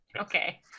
Okay